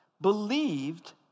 believed